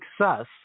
success